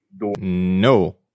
No